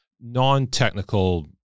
non-technical